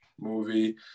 movie